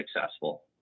successful